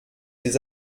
des